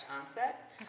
onset